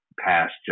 past